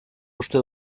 uste